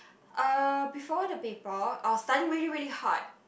uh before the paper I was studying really really hard